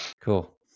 Cool